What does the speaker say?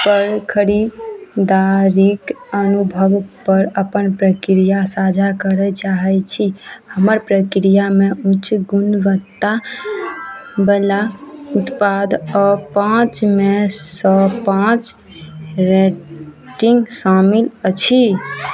पर खरीदारीक अनुभवपर अपन प्रक्रिया साझा करय चाहय छी हमर प्रक्रियामे उच्च गुणवत्तावला उत्पाद आओर पाँचमे सँ पाँच रेटिंग शामिल अछि